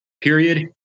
Period